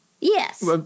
yes